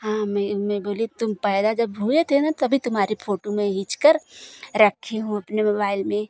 हाँ मैं मैं बोली तुम पैदा जब हुए थे ना तभी तुम्हारी फोटो मैं खींच कर रखी हूँ अपने मोबाइल में